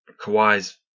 Kawhi's